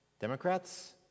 Democrats